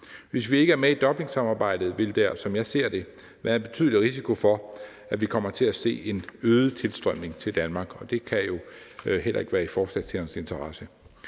Hvis vi ikke er med i Dublinsamarbejdet, vil der, som jeg ser det, være en betydelig risiko for, at vi kommer til at se en øget tilstrømning til Danmark, og det kan jo heller ikke være i forslagsstillernes interesse.